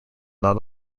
not